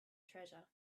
treasure